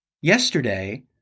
Yesterday